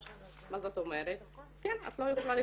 "מה זאת אומרת?" "כן, את לא יכולה לחתום"